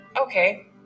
okay